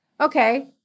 okay